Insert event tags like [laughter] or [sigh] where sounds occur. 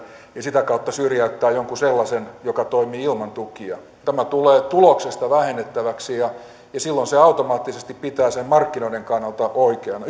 ja sitä kautta syrjäyttää jonkun sellaisen joka toimii ilman tukia tämä tulee tuloksesta vähennettäväksi ja silloin se automaattisesti pitää sen markkinoiden kannalta oikeana [unintelligible]